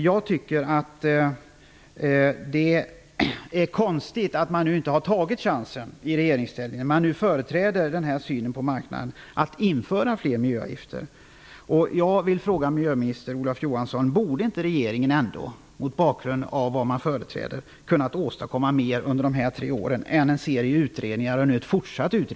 Jag tycker att det är konstigt att regeringen inte har tagit chansen, när regeringen nu företräder denna syn på marknaden, att införa fler miljöavgifter. Jag vill fråga miljöminister Olof Johansson följande. Borde inte regeringen, mot bakgrund av vad man företräder, ha åstadkommit mer under dessa tre år än en serie utredningar?